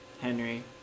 Henry